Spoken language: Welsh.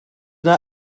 yna